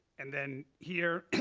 and then here